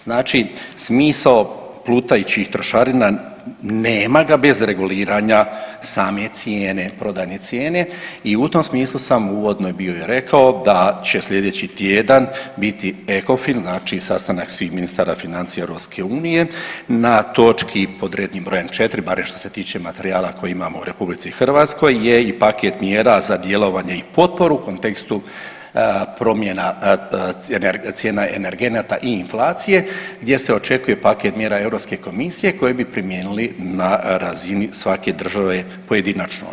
Znači, smisao plutajućih trošarina nema ga bez reguliranja same cijene, prodajne cijene i u tom smislu sam uvodno i bio i rekao da će sljedeći tjedan biti EKOFIN znači sastanak svih ministara financija Europske unije na točki pod rednim brojem 4. barem što se tiče materijala koje imamo u Republici Hrvatskoj je i paket mjera za djelovanje i potporu u kontekstu promjena cijena energenata i inflacije gdje se očekuje paket mjera Europske komisije koji bi primijenili na razini svake države pojedinačno.